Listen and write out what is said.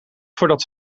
voordat